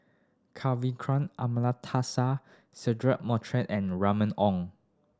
Kavignareru Amallathasan Cedric Monteiro and Remy Ong